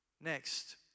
Next